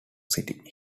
city